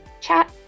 chat